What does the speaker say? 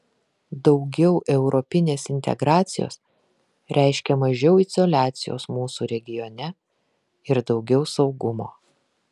daugiau europinės integracijos reiškia mažiau izoliacijos mūsų regione ir daugiau saugumo